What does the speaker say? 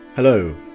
Hello